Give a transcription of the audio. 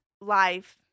life